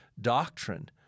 doctrine